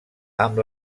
amb